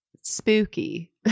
spooky